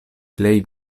plej